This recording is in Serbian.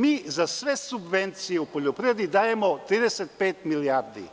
Mi za sve subvencije u poljoprivredi dajemo 35 milijardi,